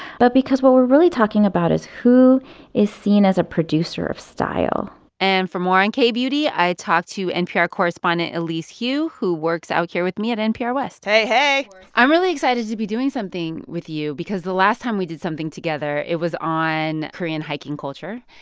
but because what we're really talking about is who is seen as a producer of style and for more on k-beauty, i talked to npr correspondent elise hu, who works out here with me at npr west hey, hey i'm really excited to be doing something with you because the last time we did something together, it was on korean hiking culture.